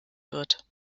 wird